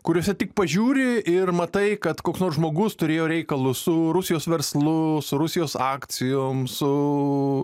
kuriuose tik pažiūri ir matai kad koks nors žmogus turėjo reikalus su rusijos verslu su rusijos akcijom su